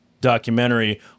documentary